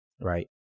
right